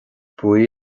buí